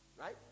Right